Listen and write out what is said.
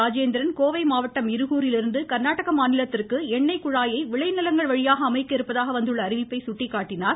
ராஜேந்திரன் கோவை மாவட்டம் இருகூரிலிருந்து கர்நாடக மாநிலத்திற்கு எண்ணெய் குழாயை விளைநிலங்கள் வழியாக அமைக்க இருப்பதாக வந்துள்ள அறிவிப்பை சுட்டிக்காட்டினார்